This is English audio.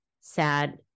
sad